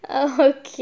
okay so